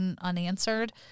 unanswered